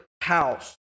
house